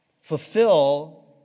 fulfill